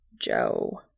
Joe